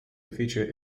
feature